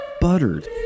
Buttered